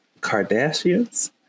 Kardashians